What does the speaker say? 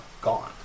gone